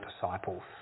disciples